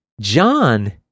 John